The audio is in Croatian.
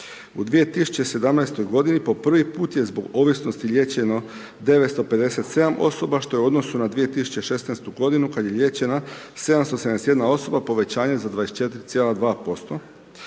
U 2017. g. po prvi put je zbog ovisnosti liječeno 957 osoba što je u odnosu na 2016. g. kad je liječeno 771 osoba povećanje 24,2%.